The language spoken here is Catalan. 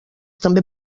també